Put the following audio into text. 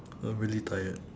I'm really tired